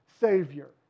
Savior